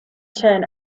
turn